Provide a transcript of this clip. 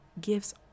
gifts